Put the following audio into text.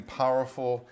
powerful